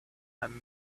and